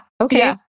Okay